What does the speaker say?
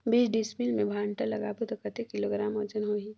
बीस डिसमिल मे भांटा लगाबो ता कतेक किलोग्राम वजन होही?